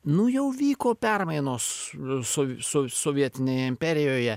nu jau vyko permainos s so sovietinėje imperijoje